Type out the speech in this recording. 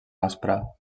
aspra